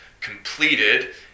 completed